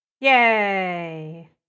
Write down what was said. Yay